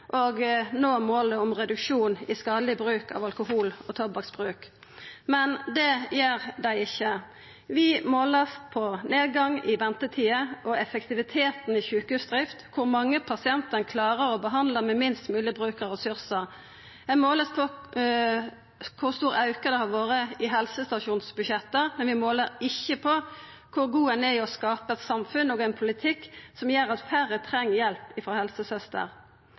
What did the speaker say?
og nå målet om reduksjon i skadeleg bruk av alkohol og tobakksbruk, men det gjer dei ikkje. Ein vert målt på nedgang i ventetider og effektiviteten i sjukehusdrift, kor mange pasientar ein klarer å behandla med minst mogleg bruk av ressursar. Ein vert målt på kor stor auke det har vore i helsestasjonsbudsjetta, men ein måler ikkje på kor god ein er i å skapa eit samfunn og ein politikk som gjer at færre treng hjelp